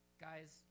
Guys